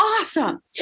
awesome